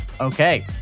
Okay